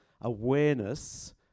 awareness